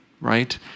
right